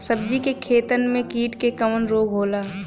सब्जी के खेतन में कीट से कवन रोग होला?